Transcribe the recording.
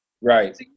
Right